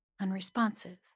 unresponsive